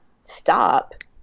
stop